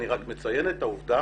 אבל אני רק מציין את העובדה